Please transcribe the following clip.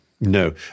No